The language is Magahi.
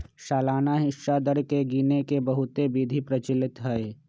सालाना हिस्सा दर के गिने के बहुते विधि प्रचलित हइ